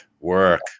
work